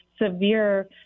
severe